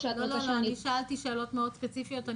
לא, אני שאלתי שאלות מאוד ספציפיות.